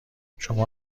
شما